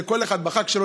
לכל אחד בחג שלו,